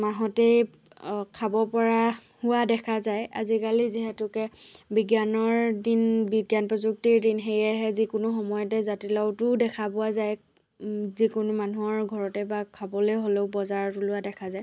মাহতেই খাব পৰা হোৱা দেখা যায় আজিকালি যিহেতুকে বিজ্ঞানৰ দিন বিজ্ঞান প্ৰযুক্তিৰ দিন সেয়েহে যিকোনো সময়তে জাতিলাওটোও দেখা পোৱা যায় যিকোনো মানুহৰ ঘৰতে বা খাবলে হ'লেও বজাৰত ওলোৱা দেখা যায়